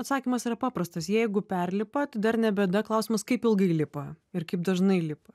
atsakymas yra paprastas jeigu perlipat dar ne bėda klausimas kaip ilgai lipa ir kaip dažnai lipa